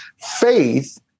faith